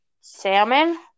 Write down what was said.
salmon